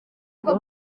bwo